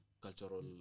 cultural